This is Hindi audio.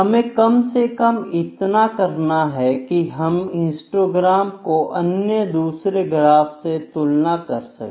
हमें कम से कम इतना करना है कि हम हिस्टोग्राम को अन्य दूसरे ग्राफ से तुलना कर सके